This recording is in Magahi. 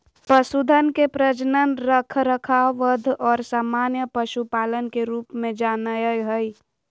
पशुधन के प्रजनन, रखरखाव, वध और सामान्य पशुपालन के रूप में जा नयय हइ